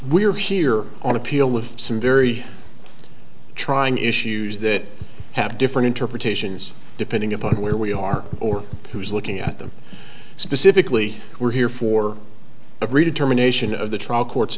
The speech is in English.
are here on appeal with some very trying issues that have different interpretations depending upon where we are or who's looking at them specifically we're here for a redetermination of the trial court